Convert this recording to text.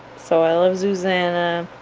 so i love zuzana,